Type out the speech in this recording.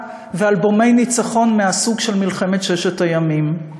ואלבומי ניצחון מהסוג של מלחמת ששת הימים.